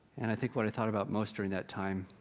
and i think what i thought about most, during that time,